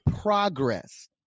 progress